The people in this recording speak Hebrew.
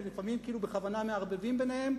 ולפעמים כאילו בכוונה מערבבים ביניהם,